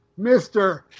Mr